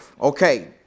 okay